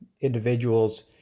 individuals